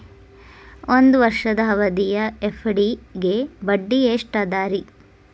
ಒಂದ್ ವರ್ಷದ ಅವಧಿಯ ಎಫ್.ಡಿ ಗೆ ಬಡ್ಡಿ ಎಷ್ಟ ಅದ ರೇ?